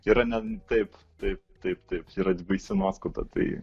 yra ne taip taip taip taip yra baisi nuoskauda tai